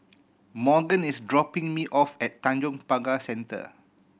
Morgan is dropping me off at Tanjong Pagar Centre